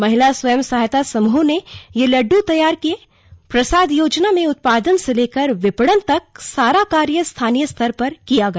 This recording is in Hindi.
महिला स्वयं सहायता समूहों ने ये लड्ड तैयार कियें प्रसाद योजना में उत्पादन से लेकर विपणन तक सारा कार्य स्थानीय स्तर पर किया गया